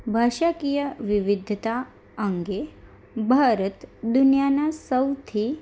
ભાષાકીય વિવિધતા અંગે ભારત દુનિયાના સૌથી